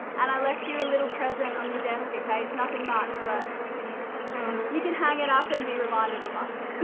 and i left you a little present on your desk, okay, it's nothing much but you can you can hang it up and be reminded of us.